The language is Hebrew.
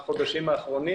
בחודשים האחרונים.